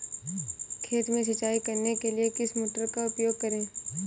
खेत में सिंचाई करने के लिए किस मोटर का उपयोग करें?